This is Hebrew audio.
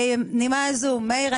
מאיר,